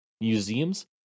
museums